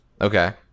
Okay